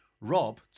Rob